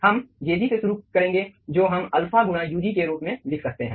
हम jg से शुरू करेंगे जो हम अल्फा गुणा ug के रूप में लिख सकते हैं